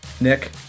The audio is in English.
Nick